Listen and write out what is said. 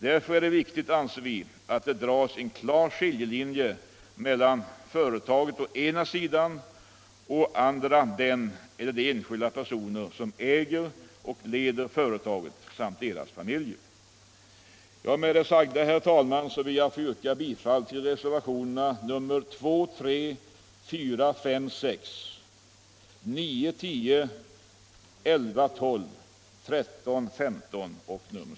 Därför är det viktigt, anser vi, att det dras en klar skiljelinje mellan företaget å ena sidan och å andra sidan den eller de enskilda personer som äger och leder företaget samt deras familjer.